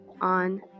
on